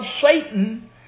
Satan